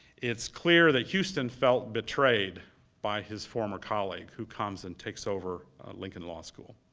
it's clear that houston felt betrayed by his former colleague who comes and takes over lincoln law school.